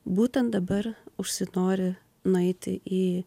būtent dabar užsinori nueiti į